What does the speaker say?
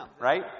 right